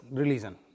religion